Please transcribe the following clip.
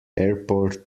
airport